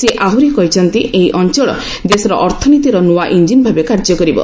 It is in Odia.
ସେ ଆହୁରି କହିଛନ୍ତି ଏହି ଅଞ୍ଚଳ ଦେଶ ଅର୍ଥନୀତିର ନୂଆ ଇଞ୍ଜିନ୍ ଭାବେ କାର୍ଯ୍ୟ କରିବ